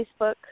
Facebook